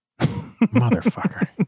Motherfucker